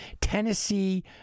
Tennessee